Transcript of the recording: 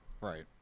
Right